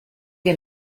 qué